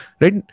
right